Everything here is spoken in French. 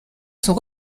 sont